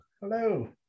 Hello